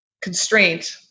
constraint